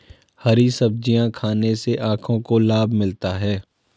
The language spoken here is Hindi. हरी सब्जियाँ खाने से आँखों को लाभ मिलता है